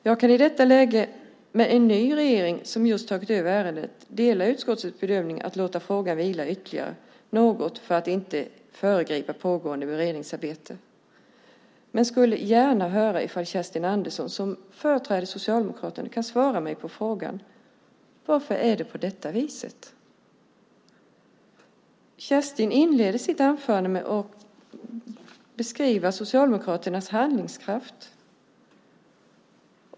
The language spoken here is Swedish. Jag kan i detta läge, med en ny regering som just tagit över ärendet, dela utskottets bedömning att man ska låta frågan vila ytterligare något för att inte föregripa det pågående beredningsarbetet. Men jag skulle gärna höra ifall Kerstin Andersson, som företräder Socialdemokraterna, kan svara mig på frågan: Varför är det på detta vis? Kerstin inledde sitt anförande med att beskriva Socialdemokraternas handlingskraft.